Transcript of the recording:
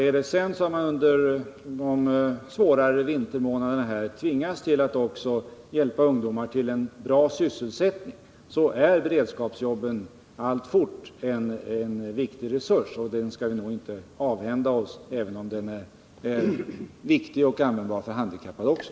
Är det sedan så, att man under de svåra vintermånaderna tvingas till att också hjälpa ungdomar till en bra sysselsättning, så är beredskapsjobben alltfort en viktig resurs, och den skall vi nog inte avhända oss, även om den är viktig och användbar för handikappade också.